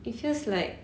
it feels like